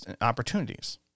opportunities